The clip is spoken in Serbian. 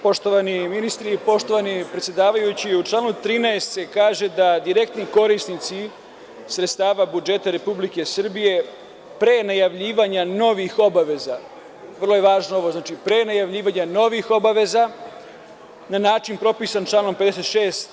Poštovani ministri, poštovani predsedavajući, u članu 13. se kaže da direktni korisnici sredstava budžeta Republike Srbije pre najavljivanja novih obaveza, vrlo je važno ovo, pre najavljivanja novih obaveza, na način propisan članom 56.